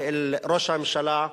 ואל ראש הממשלה,